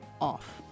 off